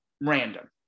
random